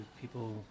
people